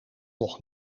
nog